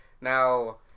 Now